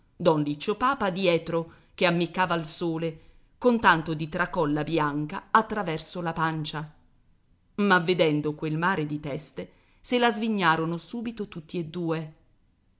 don liccio papa dietro che ammiccava al sole con tanto di tracolla bianca attraverso la pancia ma vedendo quel mare di teste se la svignarono subito tutti e due